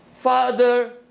father